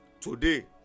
today